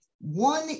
One